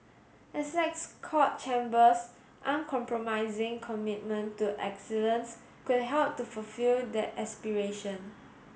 Essex Court Chambers uncompromising commitment to excellence could help to fulfil that aspiration